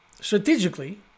Strategically